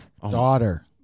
Daughter